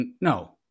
no